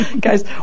Guys